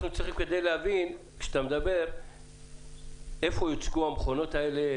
אנחנו צריכים להבין איפה יוצבו המכונות האלה,